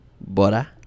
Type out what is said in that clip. Bora